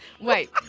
Wait